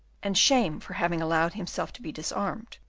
and shame for having allowed himself to be disarmed,